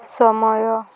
ସମୟ